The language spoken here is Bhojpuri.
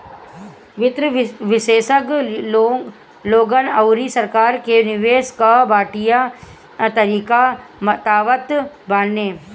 वित्त विशेषज्ञ लोगन अउरी सरकार के निवेश कअ बढ़िया तरीका बतावत बाने